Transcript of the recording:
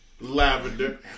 lavender